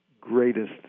greatest